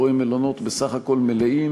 רואה מלונות מלאים,